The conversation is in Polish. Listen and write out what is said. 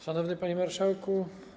Szanowny Panie Marszałku!